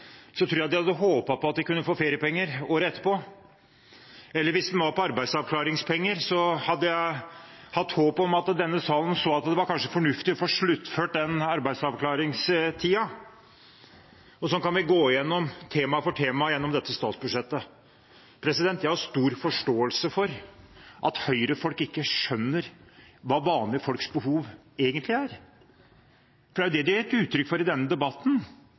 tror jeg de hadde håpet på at de kunne få feriepenger året etterpå. Eller hvis en var på arbeidsavklaringspenger, hadde jeg hatt håp om at denne salen så at det kanskje var fornuftig å få sluttført den arbeidsavklaringstiden. Sånn kan vi gå gjennom tema for tema i dette statsbudsjettet. Jeg har stor forståelse for at Høyre-folk ikke skjønner hva vanlige folks behov egentlig er. Det er det de har gitt uttrykk for i denne debatten,